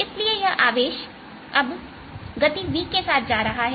इसलिए यह आवेश अब गति v के साथ जा रहा है